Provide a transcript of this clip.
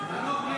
נגד ארז מלול,